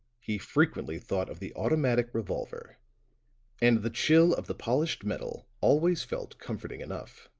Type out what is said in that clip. he frequently thought of the automatic revolver and the chill of the polished metal always felt comforting enough.